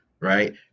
Right